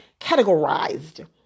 categorized